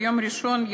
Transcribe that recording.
ביום ראשון,